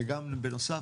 בנוסף,